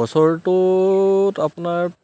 বছৰটোত আপোনাৰ